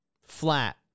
flat